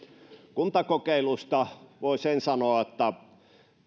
kuntakokeilusta voi sen sanoa että